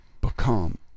Become